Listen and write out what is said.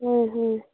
ꯍꯣꯏ ꯍꯣꯏ